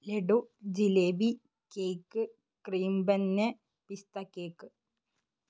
laddu jalebi cake cream bun പിസ്താ cake